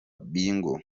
bingo